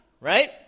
right